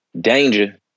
Danger